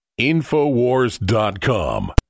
InfoWars.com